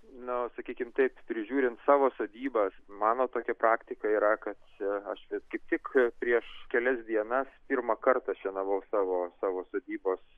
na sakykim taip prižiūrint savo sodybas mano tokia praktika yra kad čia aš vis kaip tik prieš kelias dienas pirmą kartą šienavau savo savo sodybos